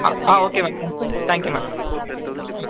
ஆ ah okay ma'am thanks thank you ma'am ம்